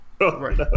Right